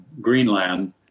Greenland